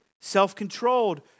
self-controlled